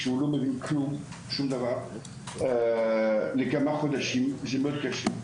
כשהוא לא מבין שום דבר למשך כמה חודשים זה מאוד קשה.